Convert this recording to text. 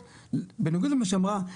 בניגוד למה שהיא אמרה,